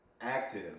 active